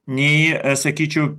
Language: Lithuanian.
nei sakyčiau